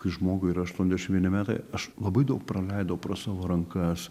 kai žmogui yra aštuoniasdešim vieni metai aš labai daug praleidau pro savo rankas